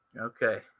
Okay